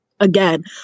Again